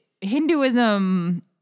Hinduism